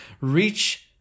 Reach